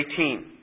18